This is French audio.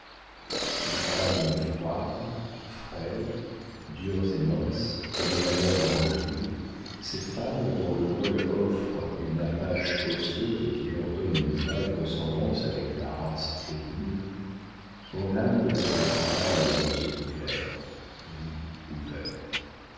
les femmes froides frêles dures et minces comme est madame de rochegude ces femmes dont le cou offre une attache osseuse qui leur donne une vague ressemblance avec la race féline ont l'âme de la couleur pâle de leurs yeux clairs gris ou verts